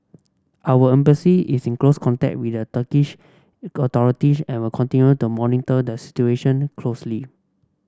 our embassy is in close contact with the Turkish authorities and will continue to monitor the situation closely